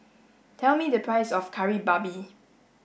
tell me the price of Kari Babi